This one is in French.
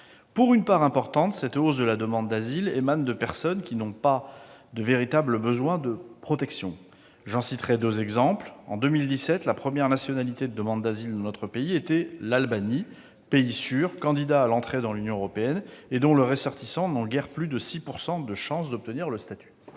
Pour une part importante, cette hausse de la demande d'asile émane de personnes qui n'ont pas de véritable besoin de protection. J'en citerai deux exemples. En 2017, le pays qui se classait au premier rang des demandeurs d'asile dans notre pays était l'Albanie, pays sûr, candidat à l'entrée dans l'Union européenne, dont les ressortissants n'ont guère plus de 6 % de chances d'obtenir le statut